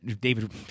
david